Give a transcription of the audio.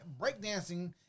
breakdancing